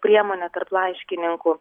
priemonė tarp laiškininkų